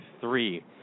three